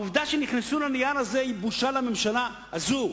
העובדה שהם נכנסו לנייר הזה היא בושה לממשלה הזאת,